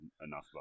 enough